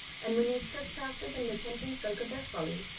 and when these trespassers and repenting folk of their follies,